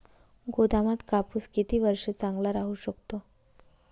गोदामात कापूस किती वर्ष चांगला राहू शकतो?